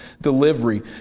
delivery